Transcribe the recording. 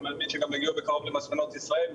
אני מאמין שגם יגיעו בקרוב למספנות ישראל,